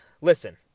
listen